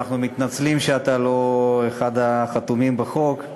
אנחנו מתנצלים שאתה לא אחד החתומים על החוק,